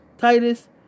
Titus